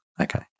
Okay